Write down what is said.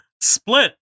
Split